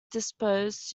disposed